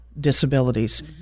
disabilities